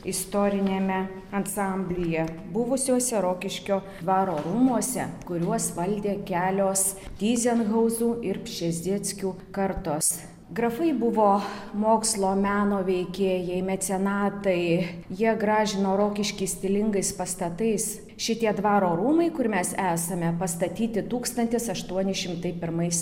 istoriniame ansamblyje buvusiuose rokiškio dvaro rūmuose kuriuos valdė kelios tyzenhauzų ir pšezdzieckių kartos grafai buvo mokslo meno veikėjai mecenatai jie gražino rokiškį stilingais pastatais šitie dvaro rūmai kur mes esame pastatyti tūkstantis aštuoni šimtai pirmais